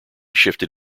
shifted